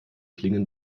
klingen